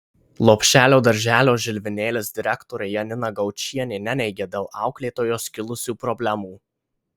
lopšelio darželio žilvinėlis direktorė janina gaučienė neneigia dėl auklėtojos kilusių problemų